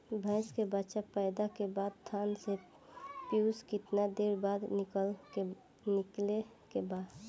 भैंस के बच्चा पैदा के बाद थन से पियूष कितना देर बाद निकले के बा?